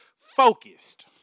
focused